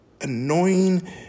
annoying